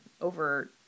over